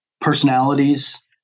personalities